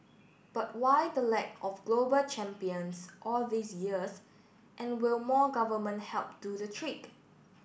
but why the lack of global champions all these years and will more government help do the trick